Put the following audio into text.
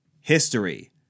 history